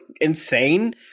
insane